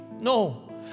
No